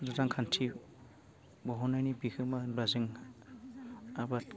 रांखान्थि दिहुननायनि बिहोमा होनोब्ला जों आबाद